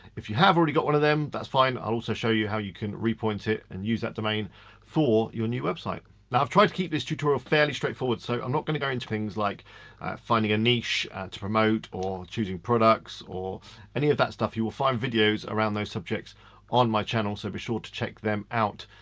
if you have already got one of them, that's fine. i'll also show you how you can repoint it and use that domain for your new website. now i've tried to keep this tutorial fairly straightforward so i'm not gonna go into things like finding a niche to promote or choosing products or any of that stuff. you will find videos around those subjects on my channel so be sure to check them out.